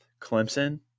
Clemson